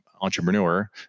entrepreneur